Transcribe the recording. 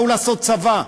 באו לעשות צבא.